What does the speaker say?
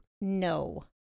No